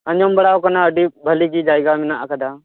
ᱟᱸᱡᱚᱢ ᱵᱟᱲᱟᱣ ᱟᱠᱟᱱᱟ ᱟ ᱰᱤ ᱵᱷᱟᱞᱮᱜᱮ ᱡᱟᱭᱜᱟ ᱢᱮᱱᱟᱜ ᱟᱠᱟᱫᱟ